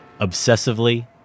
obsessively